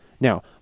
Now